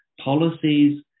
Policies